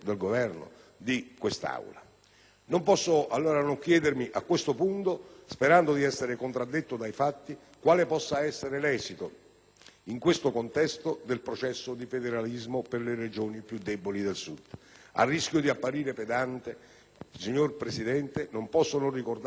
Non posso non chiedermi, a questo punto, sperando di essere contraddetto dai fatti, quale possa essere l'esito, in questo contesto, del processo di federalismo per le Regioni più deboli del Sud. A rischio di apparire pedante, signora Presidente, non posso non ricordare alcuni dati economici del nostro Sud.